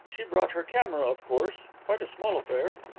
she brought her camera, of course quite a small affair.